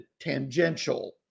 tangential